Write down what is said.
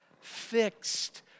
Fixed